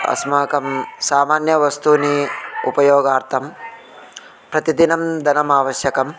अस्माकं सामान्य वस्तूनि उपयोगार्थं प्रतिदिनं धनम् आवश्यकम्